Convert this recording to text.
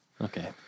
Okay